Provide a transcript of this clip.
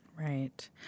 Right